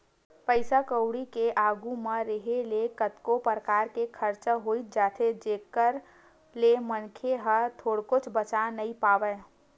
पइसा कउड़ी के आघू म रेहे ले कतको परकार के खरचा होई जाथे जेखर ले मनखे ह थोरको बचा नइ पावय